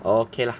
okay lah